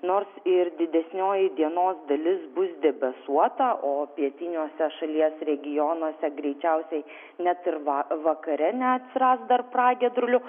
nors ir didesnioji dienos dalis bus debesuota o pietiniuose šalies regionuose greičiausiai net ir va vakare neatsiras dar pragiedrulių